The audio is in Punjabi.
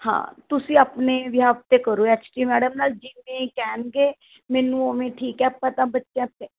ਹਾਂ ਤੁਸੀਂ ਆਪਣੇ ਬਿਹਾਫ 'ਤੇ ਕਰੋ ਐਕਚੁਲੀ ਮੈਡਮ ਨਾਲ ਜਿਵੇਂ ਕਹਿਣਗੇ ਮੈਨੂੰ ਉਵੇਂ ਠੀਕ ਹੈ ਆਪਾਂ ਤਾਂ ਬੱਚਿਆਂ 'ਤੇ